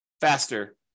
faster